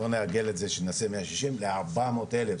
בואו נעגל את זה לארבע מאות אלף.